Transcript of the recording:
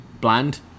bland